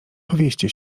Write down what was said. powieście